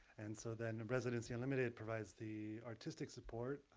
and so then residency unlimited provides the artistic support.